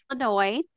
Illinois